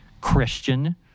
Christian